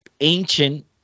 ancient